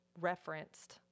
referenced